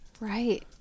Right